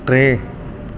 टे